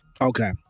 Okay